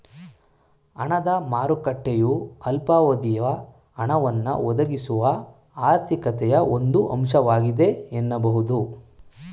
ಹಣದ ಮಾರುಕಟ್ಟೆಯು ಅಲ್ಪಾವಧಿಯ ಹಣವನ್ನ ಒದಗಿಸುವ ಆರ್ಥಿಕತೆಯ ಒಂದು ಅಂಶವಾಗಿದೆ ಎನ್ನಬಹುದು